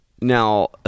Now